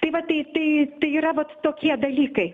tai vat tai tai tai yra vat tokie dalykai